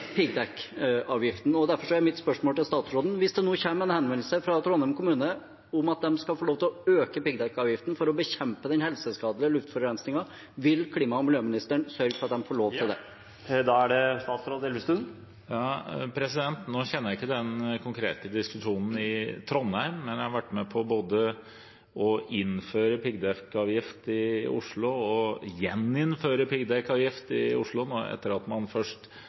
Derfor er mitt spørsmål til statsråden: Hvis det nå kommer en henvendelse fra Trondheim kommune om at de skal få lov til å øke piggdekkavgiften for å bekjempe den helseskadelige luftforurensningen, vil klima- og miljøministeren sørge for at de får lov til det? Nå kjenner jeg ikke den konkrete diskusjonen i Trondheim, men jeg har vært med på både å innføre piggdekkavgift i Oslo og å gjeninnføre piggdekkavgift i Oslo – etter at man først